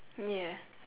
ya